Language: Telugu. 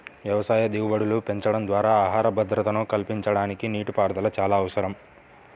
వ్యవసాయ దిగుబడులు పెంచడం ద్వారా ఆహార భద్రతను కల్పించడానికి నీటిపారుదల చాలా అవసరం